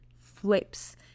flips